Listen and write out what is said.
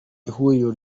ihuriro